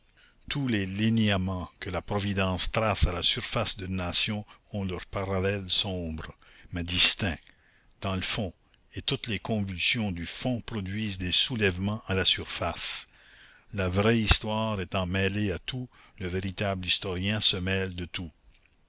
tous les linéaments que la providence trace à la surface d'une nation ont leurs parallèles sombres mais distincts dans le fond et toutes les convulsions du fond produisent des soulèvements à la surface la vraie histoire étant mêlée à tout le véritable historien se mêle de tout